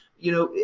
you know,